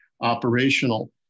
operational